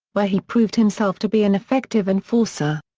where he proved himself to be an effective enforcer.